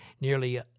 nearly